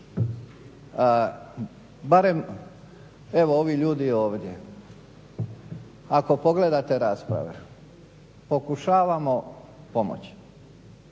evo ovi ljudi ovdje ako pogledate rasprave pokušavamo pomoći,